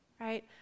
right